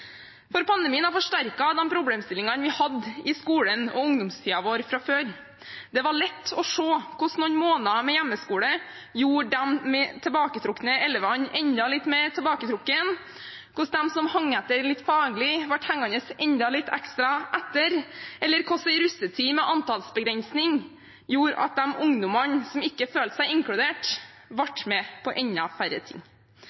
For pandemien har forsterket de problemstillingene vi hadde i skolen og i ungdomstiden vår fra før. Det var lett å se hvordan noen måneder med hjemmeskole gjorde de tilbaketrukne elevene enda litt mer tilbaketrukne, hvordan de som hang litt etter faglig, ble hengende enda litt ekstra etter, eller hvordan en russetid med antallsbegrensning gjorde at de ungdommene som ikke følte seg inkludert, ble med på enda færre ting.